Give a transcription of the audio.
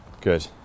Good